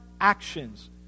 actions